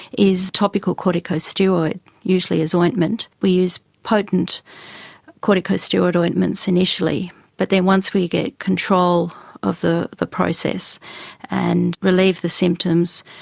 is topical corticosteroid, usually as ointment. we use potent corticosteroid ointments initially, but then once we get control of the the process and relieve the symptoms,